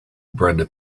brenda